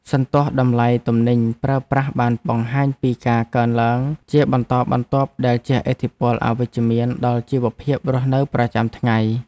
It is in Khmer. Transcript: សន្ទស្សន៍តម្លៃទំនិញប្រើប្រាស់បានបង្ហាញពីការកើនឡើងជាបន្តបន្ទាប់ដែលជះឥទ្ធិពលអវិជ្ជមានដល់ជីវភាពរស់នៅប្រចាំថ្ងៃ។